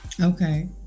okay